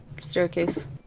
staircase